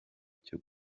cyo